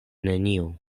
neniu